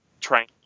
trying